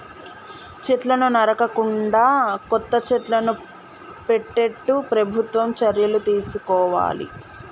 చెట్లను నరకకుండా కొత్త చెట్లను పెట్టేట్టు ప్రభుత్వం చర్యలు తీసుకోవాలి